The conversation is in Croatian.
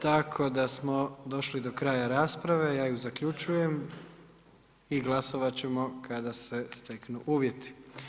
Tako da smo došli do kraja rasprave, ja ju zaključujem i glasovat ćemo kada se steknu uvjeti.